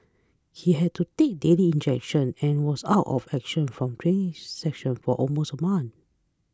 he had to take daily injections and was out of action from training sessions for almost a month